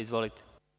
Izvolite.